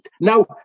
Now